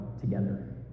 together